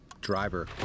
driver